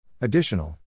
Additional